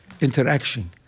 interaction